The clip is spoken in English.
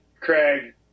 craig